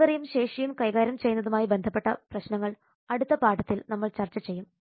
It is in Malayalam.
ഡെലിവറിയും ശേഷിയും കൈകാര്യം ചെയ്യുന്നതുമായി ബന്ധപ്പെട്ട പ്രശ്നങ്ങൾ അടുത്ത പാഠത്തിൽ നമ്മൾ ചർച്ച ചെയ്യും